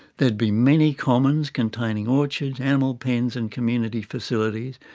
there'd be many commons containing orchards, animal pens and community facilities,